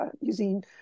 using